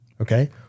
Okay